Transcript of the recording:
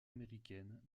américaine